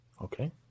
Okay